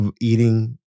eating